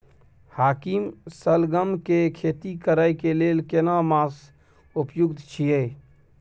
हाकीम सलगम के खेती करय के लेल केना मास उपयुक्त छियै?